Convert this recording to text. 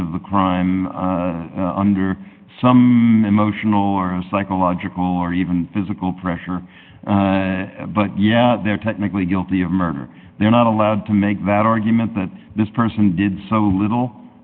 of the crime under some emotional or psychological or even physical pressure but yeah they're technically guilty of murder they're not allowed to make that argument but this person did so little